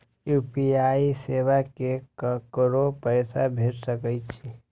UPI सेवा से ककरो पैसा भेज सके छी?